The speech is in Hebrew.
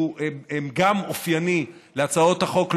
שהוא גם אופייני להצעות החוק,